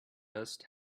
just